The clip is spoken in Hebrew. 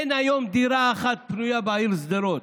אין היום דירה אחת פנויה בעיר שדרות.